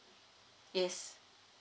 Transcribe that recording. yes